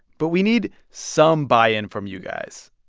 but we need some buy-in from you guys.